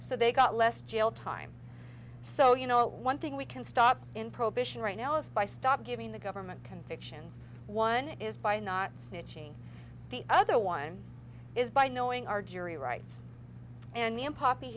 so they got less jail time so you know one thing we can stop in prohibition right now is by stop giving the government convictions one is by not snitching the other one is by knowing our jury rights and